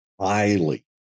highly